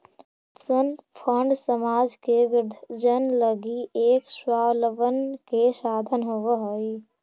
pension fund समाज के वृद्धजन लगी एक स्वाबलंबन के साधन होवऽ हई